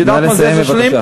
את יודעת מה זה עשר שנים?